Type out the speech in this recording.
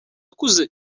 akuze